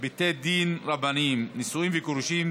בתי דין רבניים (נישואין וגירושין)